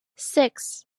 six